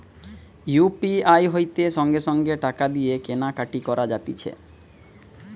UPI হইতে সঙ্গে সঙ্গে টাকা দিয়ে কেনা কাটি করা যাতিছে